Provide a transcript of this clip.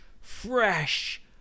fresh